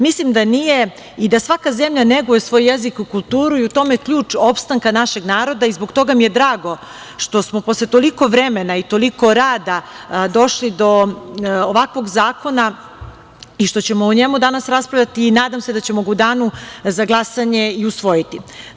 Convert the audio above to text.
Mislim da nije i da svaka zemlja neguje svoj jezik i kulturu i u tome je ključ opstanka našeg naroda, i zbog toga mi je drago što smo posle toliko vremena i toliko rada došli do ovakvog zakona i što ćemo o njemu danas raspravljati i nadam se da ćemo ga u danu za glasanje i usvojiti.